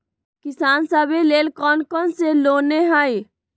किसान सवे लेल कौन कौन से लोने हई?